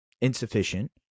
insufficient